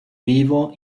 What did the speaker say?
vivo